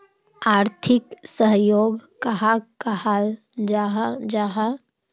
आर्थिक सहयोग कहाक कहाल जाहा जाहा?